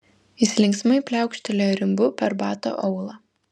jis linksmai pliaukštelėjo rimbu per bato aulą